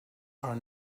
are